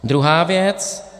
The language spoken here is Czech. Druhá věc.